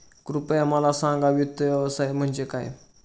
कृपया मला सांगा वित्त व्यवसाय म्हणजे काय?